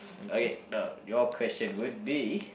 okay now your question would be